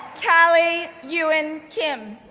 callie yuen kim,